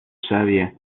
savia